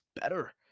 better